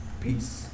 Peace